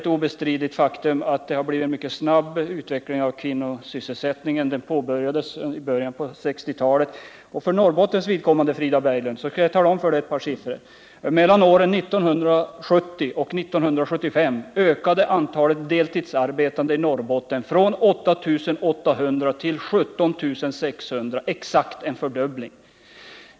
Ett obestridligt faktum är ju att utvecklingen av kvinnosysselsättningen har gått mycket snabbt. Den startade i början av 1960-talet. För Norrbottens vidkommande, Frida Berglund, kan jag lämna ett par siffror. Mellan 1970 och 1975 ökade antalet deltidsarbetande i Norrbotten från 8 800 till 17 600, alltså exakt en fördubbling.